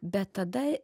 bet tada